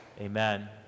Amen